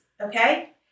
okay